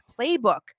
playbook